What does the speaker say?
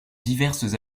diverses